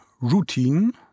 routine